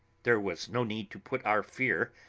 there was no need to put our fear,